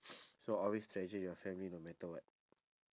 so always treasure your family no matter what